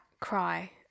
cry